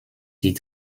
die